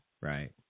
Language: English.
right